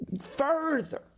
further